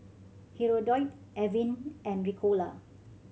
Hirudoid Avene and Ricola